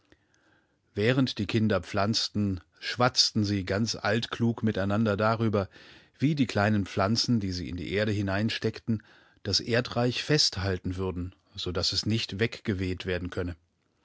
während die kinder pflanzten schwatzten sie ganz altklug miteinander darüber wie die kleinen pflanzen die sie in die erde hineinsteckten das erdreich festhalten würden so daß es nicht weggeweht werden könne